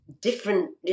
different